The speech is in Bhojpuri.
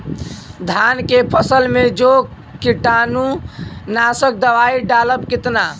धान के फसल मे जो कीटानु नाशक दवाई डालब कितना?